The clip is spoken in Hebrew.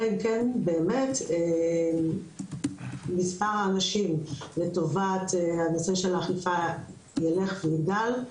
אלא אם כן באמת מספר האנשים לטובת הנושא של האכיפה ילך ויגדל,